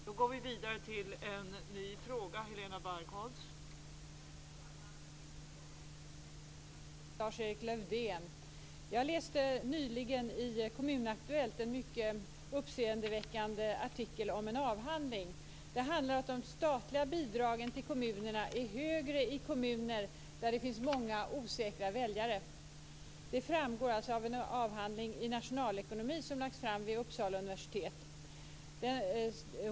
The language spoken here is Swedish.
Fru talman! Min fråga riktar sig till statsrådet Lars-Erik Lövdén. Jag läste nyligen i Kommun Aktuellt en mycket uppseendeväckande artikel om en avhandling. Den handlade om att de statliga bidragen till kommunerna är högre i kommuner där det finns många osäkra väljare. Det framgår alltså av en avhandling i nationalekonomi som lagts fram vid Uppsala universitet.